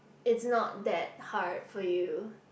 it's not that hard for you